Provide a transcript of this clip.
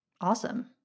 Awesome